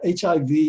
HIV